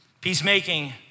Peacemaking